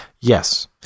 Yes